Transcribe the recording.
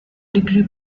degree